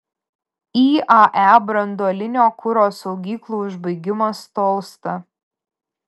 iae branduolinio kuro saugyklų užbaigimas tolsta